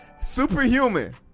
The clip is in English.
Superhuman